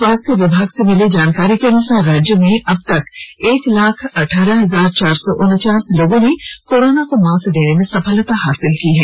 स्वास्थ्य विभाग से मिली जानकारी के अनुसार राज्य में अब तक एक लाख अद्वारह हजार चार सौ उनचास लोगों ने कोरोना को मात देने में सफलता हासिल की है